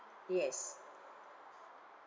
yes